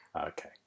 Okay